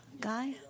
guy